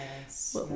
yes